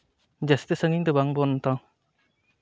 ᱡᱟᱹᱥᱛᱤ ᱥᱟᱺᱜᱤᱧ ᱫᱚ ᱵᱟᱝᱵᱚᱱ